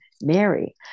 Mary